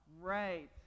Right